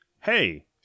hey